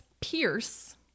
Pierce